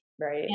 Right